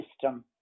system